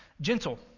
Gentle